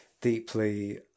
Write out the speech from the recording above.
deeply